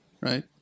right